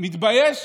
מתבייש